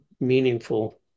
meaningful